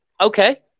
Okay